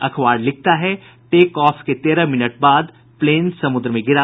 अखबार लिखता है टेक ऑफ के तेरह मिनट बाद प्लेन समुद्र में गिरा